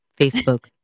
Facebook